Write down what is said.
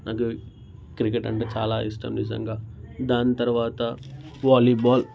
నాకు క్రికెట్ అంటే చాలా ఇష్టం నిజంగా దాని తర్వాత వాలీబాల్